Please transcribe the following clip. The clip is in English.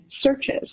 searches